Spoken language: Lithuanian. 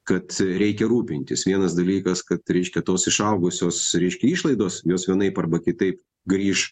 kad reikia rūpintis vienas dalykas kad reiškia tos išaugusios reiškia išlaidos jos vienaip arba kitaip grįš